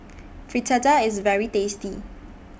Fritada IS very tasty